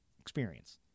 experience